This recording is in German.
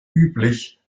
üblich